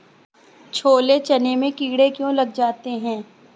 छोले चने में कीड़े क्यो लग जाते हैं?